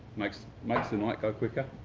makes. makes the night go quicker.